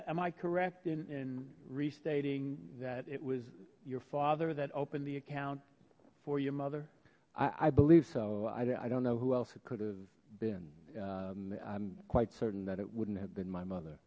am i correct in restating that it was your father that opened the account for your mother i believe so i don't know who else could have been i'm quite certain that it wouldn't have been my mother